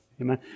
Amen